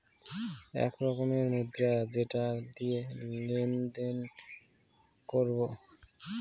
এক রকমের মুদ্রা যেটা দিয়ে লেনদেন করবো